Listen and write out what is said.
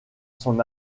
son